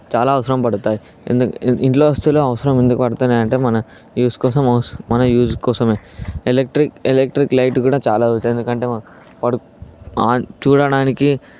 చాలా అవసరం పడుతాయ్ ఇంట్లో వస్తువులు అవసరం ఎందుకు పడుతున్నయంటే మన యూజ్ కోసము మన యూజ్ కోసమే ఎలెక్ట్రిక్ ఎలెక్ట్రిక్ లైట్ కూడా చాలా అవసరమే ఎందుకంటే మాకు పడు చూడడానికి